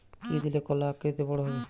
কি দিলে কলা আকৃতিতে বড় হবে?